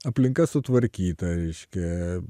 aplinka sutvarkyta reiškia